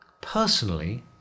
personally